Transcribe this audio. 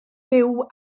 fyw